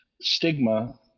stigma